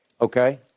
Okay